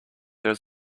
there